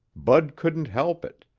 bud couldn't help it,